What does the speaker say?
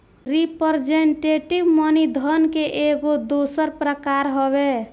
representative money धन के एगो दोसर प्रकार हवे